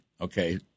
okay